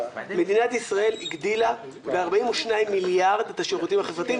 מדינת ישראל הגדילה ב-42 מיליארד את השירותים החברתיים.